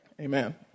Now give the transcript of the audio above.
Amen